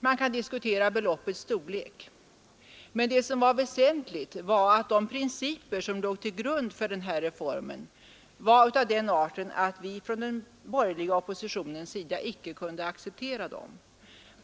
Man kan diskutera beloppets storlek, men det väsentliga är att de principer som låg till grund för denna reform var av den arten att vi från den borgerliga oppositionens sida icke kunde acceptera dem.